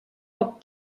poc